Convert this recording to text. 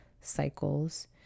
cycles